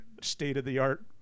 state-of-the-art